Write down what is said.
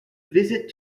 visit